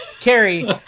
Carrie